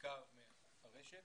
בעיקר מהרשת